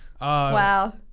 Wow